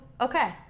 Okay